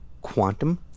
Quantum